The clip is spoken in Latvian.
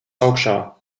augšā